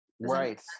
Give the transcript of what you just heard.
Right